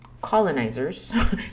colonizers